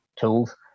tools